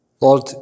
Lord